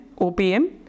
OPM